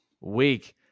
week